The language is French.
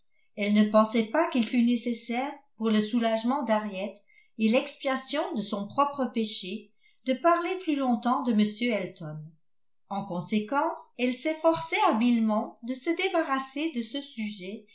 elle me pensait pas qu'il fût nécessaire pour le soulagement d'harriet et l'expiation de son propre pêché de parler plus longtemps de m elton en conséquence elle s'efforçait habilement de se débarrasser de ce sujet